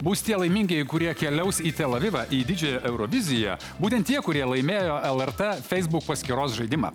bus tie laimingieji kurie keliaus į tel avivą į didžiąją euroviziją būtent tie kurie laimėjo lrt feisbuk paskyros žaidimą